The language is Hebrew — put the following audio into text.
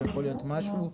זה יכול להיות משהו אחר,